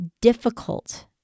difficult